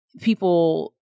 people